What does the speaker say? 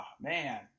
man